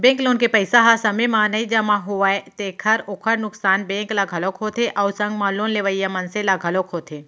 bank loan के पइसा ह समे म नइ जमा होवय तेखर ओखर नुकसान बेंक ल घलोक होथे अउ संग म लोन लेवइया मनसे ल घलोक होथे